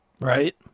right